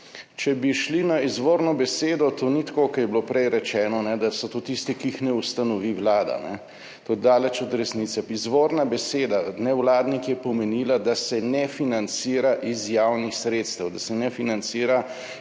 Če bi šli na izvorno besedo, to ni tako, kot je bilo prej rečeno, da so to tisti, ki jih ne ustanovi Vlada. To je daleč od resnice. Izvorna beseda nevladnik je pomenila, da se ne financira iz javnih sredstev, da se ne financira